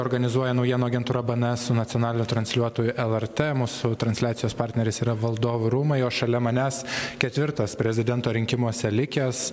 organizuoja naujienų agentūra bns su nacionaliniu transliuotoju lrt mūsų transliacijos partneris yra valdovų rūmai o šalia manęs ketvirtas prezidento rinkimuose likęs